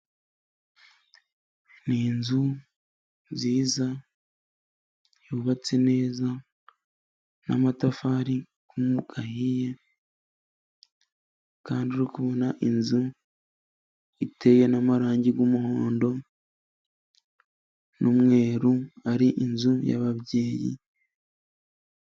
Ni inzu nziza yubatse neza n'amatafari ahiye kandi uri kubona inzu iteye n'amarangi y'umuhondo n'umweru ari inzu yababyeyi.